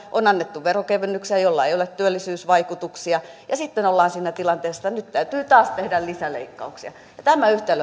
on annettu veronkevennyksiä joilla ei työllisyysvaikutuksia ja sitten ollaan siinä tilanteessa että nyt täytyy taas tehdä lisäleikkauksia tämä yhtälö on